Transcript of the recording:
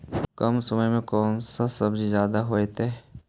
कम समय में कौन से सब्जी ज्यादा होतेई?